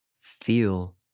feel